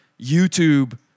YouTube